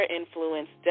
influence